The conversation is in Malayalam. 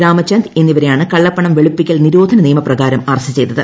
രാമചന്ദ് എന്നിവരെയാണ് കളളപ്പണം വെളുപ്പിക്കൽ നിരോധനനിയമ പ്രകാരം അറസ്റ്റ് ചെയ്തത്